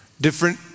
different